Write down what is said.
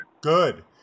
good